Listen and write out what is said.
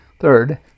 Third